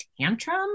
tantrum